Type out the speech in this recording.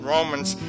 Romans